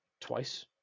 twice